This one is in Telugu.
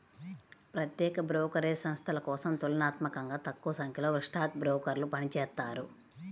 ప్రత్యేక బ్రోకరేజ్ సంస్థల కోసం తులనాత్మకంగా తక్కువసంఖ్యలో స్టాక్ బ్రోకర్లు పనిచేత్తారు